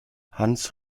hans